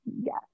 Yes